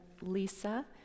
Lisa